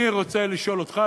אני רוצה לשאול אותך,